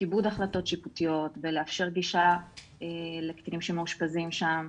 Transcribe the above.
בכיבוד החלטות שיפוטיות בלאפשר גישה לקטינים שמאושפזים שם,